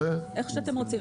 איך שאתם רוצים,